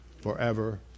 forever